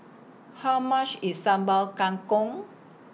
How much IS Sambal Kangkong